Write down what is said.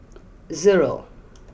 zero